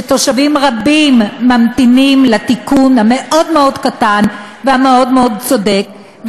ותושבים רבים ממתינים לתיקון המאוד-מאוד קטן והמאוד-מאוד צודק,